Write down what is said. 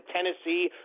Tennessee